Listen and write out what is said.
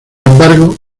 embargo